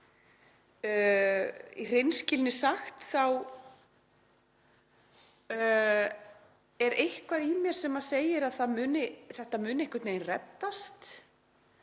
Í hreinskilni sagt er eitthvað í mér sem segir að þetta muni einhvern veginn reddast